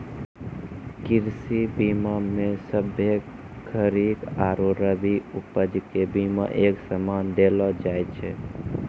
कृषि बीमा मे सभ्भे खरीक आरु रवि उपज के बिमा एक समान देलो जाय छै